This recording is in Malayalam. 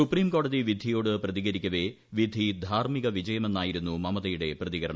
സൂപ്രീംകോടതി വിധിയോട് പ്രതികരിക്കവെ വിധി ധാർമിക വിജയമെന്നായിരുന്നു മമതയുടെ പ്രതികരണം